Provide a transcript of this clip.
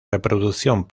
reproducción